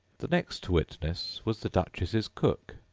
the next witness was the duchess's cook.